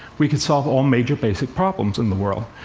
we could solve all major basic problems in the world.